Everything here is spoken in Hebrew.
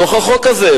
בתוך החוק הזה.